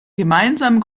gemeinsam